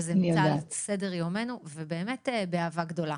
וזה נמצא על סדר יומנו באהבה גדולה.